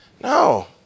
No